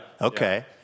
Okay